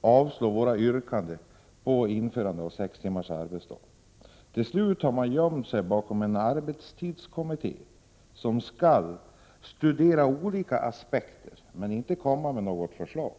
avslå våra yrkanden har blivit sämre och sämre. Till slut har man gömt sig bakom en arbetstidskommitté, som skall studera olika — Prot. 1988/89:25 aspekter men inte komma med något förslag.